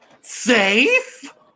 Safe